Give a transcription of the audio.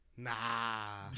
Nah